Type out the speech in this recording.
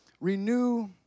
Renew